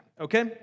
Okay